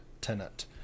tenant